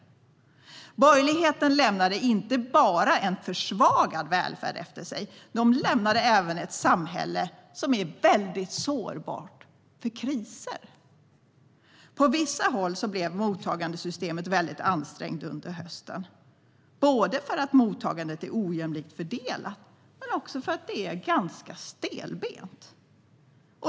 Borgerligheten lämnade inte bara en försvagad välfärd efter sig. De lämnade även ett samhälle som är sårbart i kriser. På vissa håll blev mottagandesystemet väldigt ansträngt under hösten, både för att mottagandet är ojämlikt fördelat i landet och för att det är ganska stelbent.